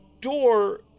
door